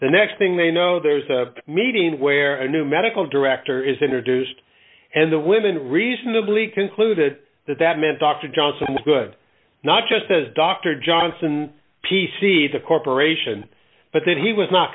the next thing they know there's a meeting where a new medical director is introduced and the women reasonably concluded that that meant dr johnson's good not just as dr johnson p c the corporation but that he was not